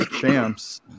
champs